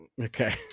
okay